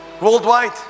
worldwide